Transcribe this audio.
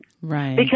Right